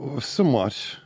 Somewhat